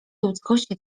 ludzkości